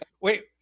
Wait